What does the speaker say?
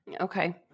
Okay